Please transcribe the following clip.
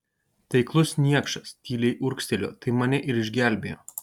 taiklus niekšas tyliai urgztelėjo tai mane ir išgelbėjo